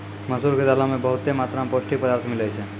मसूर के दालो से बहुते मात्रा मे पौष्टिक पदार्थ मिलै छै